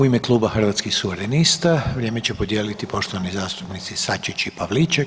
U ime Kluba Hrvatskih suverenista vrijeme će podijeliti poštovani zastupnici Sačić i Pavliček.